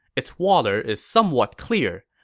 its water is somewhat clear,